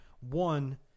One